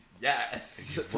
yes